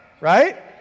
right